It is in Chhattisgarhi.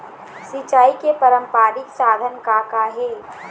सिचाई के पारंपरिक साधन का का हे?